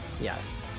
Yes